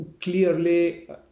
Clearly